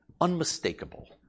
unmistakable